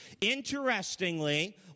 Interestingly